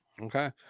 Okay